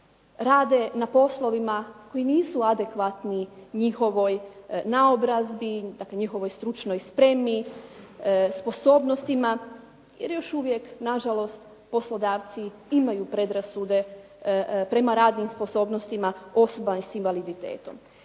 rade na poslovima koji nisu adekvatni njihovoj naobrazbi, dakle, njihovoj stručnoj spremi, sposobnostima, jer još uvijek nažalost poslodavci imaju predrasude prema radnim sposobnostima osoba sa invaliditetom.